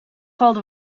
called